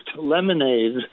lemonade